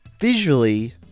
visually